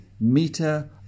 meter